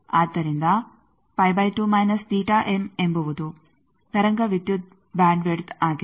ಆದ್ದರಿಂದ ಎಂಬುದು ತರಂಗ ವಿದ್ಯುತ್ ಬ್ಯಾಂಡ್ ವಿಡ್ತ್ ಆಗಿದೆ